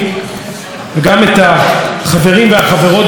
וגם את החברים והחברות בסיעות,